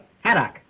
Haddock